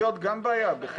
בעיה.